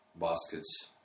baskets